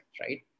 right